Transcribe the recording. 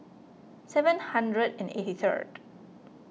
seven hundred and eighty third